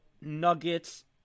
Nuggets